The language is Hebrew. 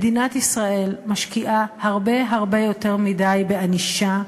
מדינת ישראל משקיעה הרבה הרבה יותר מדי בענישה,